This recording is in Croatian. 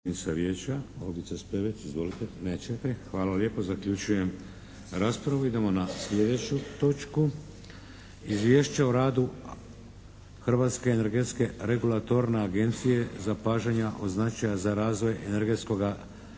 **Šeks, Vladimir (HDZ)** Idemo na sljedeću točku. 5. Izvješće o radu Hrvatske energetske regulatorne agencije, zapažanjima od značaja za razvoj energetskog tržišta